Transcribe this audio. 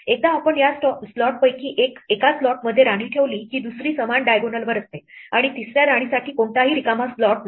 एकदा आपण या स्लॉटपैकी एका स्लॉटमध्ये राणी ठेवली की दुसरी समान diagonal वर असते आणि तिसर्या राणीसाठी कोणताही रिकामा स्लॉट नाही